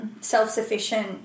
self-sufficient